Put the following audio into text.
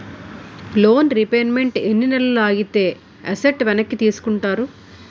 Loan repayment ఎన్ని నెలలు ఆగితే ఎసట్ వెనక్కి తీసుకుంటారు?